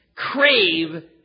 crave